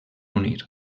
unir